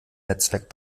netzwerk